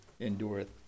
endureth